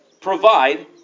provide